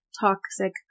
toxic